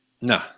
No